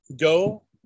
go